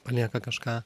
palieka kažką